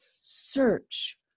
search